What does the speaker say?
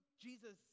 Jesus